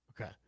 Okay